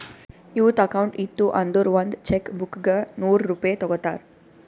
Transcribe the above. youth account ಇತ್ತು ಅಂದುರ್ ಒಂದ್ ಚೆಕ್ ಬುಕ್ಗ ನೂರ್ ರೂಪೆ ತಗೋತಾರ್